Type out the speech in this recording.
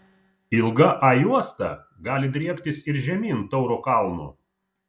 ilga a juosta gali driektis ir žemyn tauro kalnu